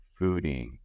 fooding